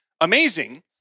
amazing